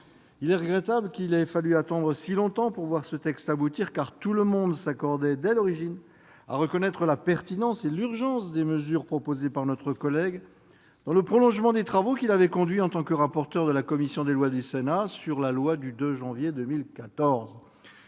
Il est regrettable qu'il ait fallu attendre si longtemps pour voir ce texte aboutir, car dès l'origine tout le monde s'accordait à reconnaître la pertinence et l'urgence des mesures proposées par notre collègue, dans le prolongement des travaux qu'il avait conduits en tant que rapporteur de la commission des lois du Sénat sur la loi du 2 janvier 2014.